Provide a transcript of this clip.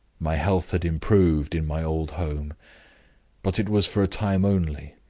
my health had improved in my old home but it was for a time only.